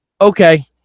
Okay